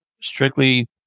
strictly